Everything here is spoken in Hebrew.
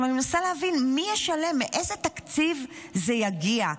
אני מנסה להבין מי ישלם, מאיזה תקציב זה יגיע.